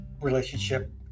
relationship